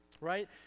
right